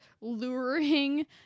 luring